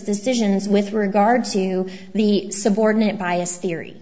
decisions with regard to the subordinate bias theory